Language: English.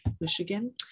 Michigan